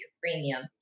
premium